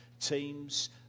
teams